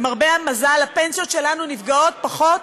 למרבה המזל, הפנסיות שלנו נפגעות פחות